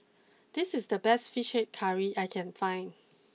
this is the best Fish Head Curry that I can find